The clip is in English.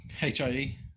hie